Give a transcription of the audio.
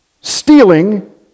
stealing